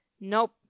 Nope